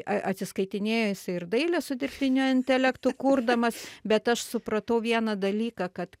atsiskaitinėjo jisai ir dailę su dirbtiniu intelektu kurdamas bet aš supratau vieną dalyką kad